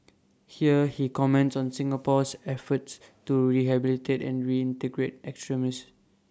here he comments on Singapore's efforts to rehabilitate and reintegrate extremists